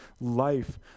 life